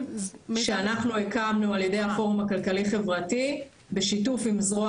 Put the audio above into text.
שאנחנו הקמנו על ידי הפורום הכלכלי חברתי בשיתוף עם זרוע